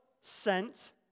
sent